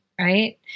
right